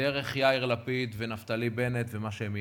דרך יאיר לפיד ונפתלי בנט ומה שהם מייצגים.